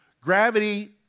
gravity